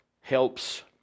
helps